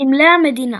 סמלי המדינה